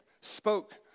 spoke